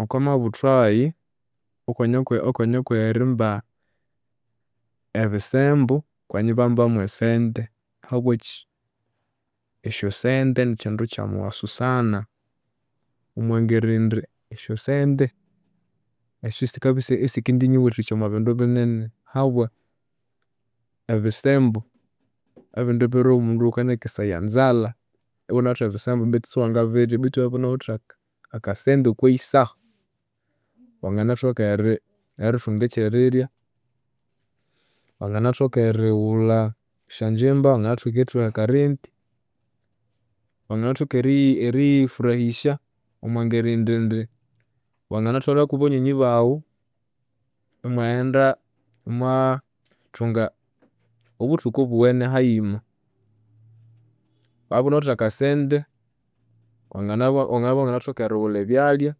Okwamabuthwayi, okwanyakwa okwanyakwerimba ebisembo kwanya ibambamu esyasente, habwakyi? Esyasente nikyindu ekyomughasu sana omwangeri indi esyasente esyu sikendibya isikendinyiwathikya omwabindu binene, habwa ebisembo, ebindi biro omundu ghukanakesaya nzalha ighunawithe ebisembo betu isiwangabirya betu wamabya ighunawithe akasente okwayisahu wangithoka erithunga ekyerirya, wanginathoka erighulha esyanjimba, wanginathoka erithuha aka rent, wangithoka eriyifurahisya omwangeri indi wanginathwalhaku banyoni baghu omwaghenda imwathunga obuthuku obuwene hayima. Wamabya ighunawithe akasente wanginabya iwanginathoka erighulha ebyalya,